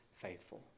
faithful